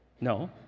No